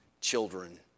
children